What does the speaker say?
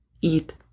eat